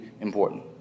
important